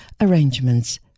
arrangements